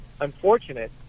unfortunate